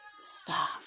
stop